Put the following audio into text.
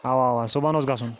اَوا اَوا صُبحن اوس گژھُن